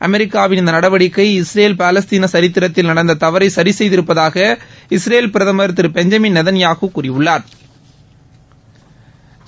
அமெிக்காவின் இந்த நடவடிக்கை Israel Palestine சரித்திரத்தில் நடந்த தவறை சி செய்திருப்பதாக இஸ்ரேல் பிரதமா் திரு பெஞ்சுமின் நேதன்யாஹூ கூறியுள்ளாா்